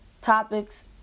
topics